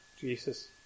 Jesus